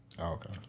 Okay